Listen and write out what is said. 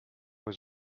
was